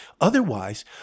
Otherwise